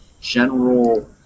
general